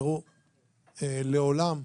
לעולם,